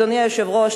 אדוני היושב-ראש,